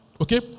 Okay